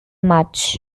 much